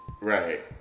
Right